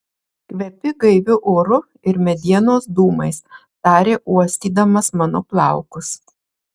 kvepi gaiviu oru ir medienos dūmais tarė uostydamas mano plaukus